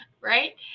right